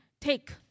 take